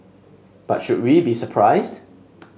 but should we be surprised